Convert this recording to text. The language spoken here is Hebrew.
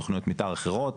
תכניות מתאר אחרות,